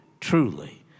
truly